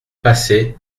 passé